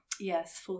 Yes